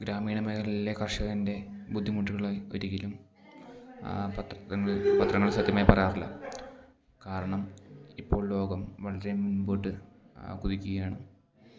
ഗ്രാമീണ മേഘലയിലെ കർഷകൻറ്റെ ബുദ്ധിമുട്ടുകളെ ഒരിക്കലും പത്രങ്ങൾ സത്യമായി പറയാറില്ല കാരണം ഇപ്പോൾ ലോകം വളരെ മുൻപോട്ട് കുതിക്കുകയാണ്